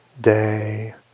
day